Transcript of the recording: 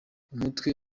umutwe